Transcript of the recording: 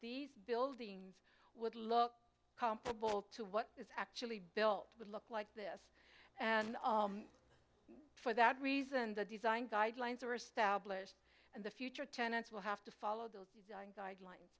these buildings would look comparable to what is actually built would look like this and for that reason the design guidelines are established and the future tenants will have to follow those guidelines